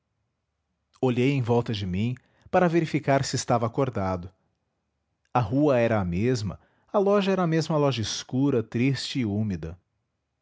olhei em volta de mim para verificar se estava acordado a rua era a mesma a loja era a mesma loja escura triste e úmida